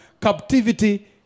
captivity